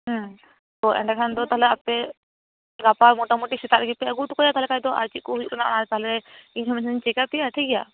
ᱦᱢᱻ ᱮᱱᱰᱮ ᱠᱷᱟᱱᱫᱚ ᱛᱟᱦᱚᱞᱮ ᱟᱯᱮ ᱜᱟᱯᱟ ᱢᱚᱴᱟᱢᱩᱴᱤ ᱥᱮᱛᱟᱜ ᱨᱮᱜᱮ ᱯᱮ ᱟ ᱜᱩ ᱴᱚᱠᱟᱭᱟ ᱛᱟᱦᱞᱮ ᱠᱷᱟᱡᱫᱚ ᱟᱨ ᱪᱮᱜ ᱠᱳ ᱦᱩᱭᱩᱜ ᱠᱟᱱᱟ ᱟ ᱛᱟᱦᱞᱮ ᱤᱧᱦᱩᱸ ᱦᱩᱧ ᱪᱮᱠᱟ ᱯᱮᱭᱟ ᱴᱷᱤᱠᱜᱮᱭᱟ